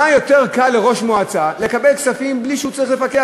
מה יותר קל לראש מועצה מלקבל כספים בלי שהוא צריך פיקוח,